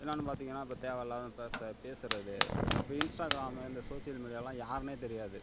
என்னானு பார்த்திங்கன்னா இப்போ தேவையில்லாமல் பேசுகிறது இப்ப இன்ஸ்டாகிராம் இந்த சோசியல் மீடியாவெலாம் யாருன்னே தெரியாது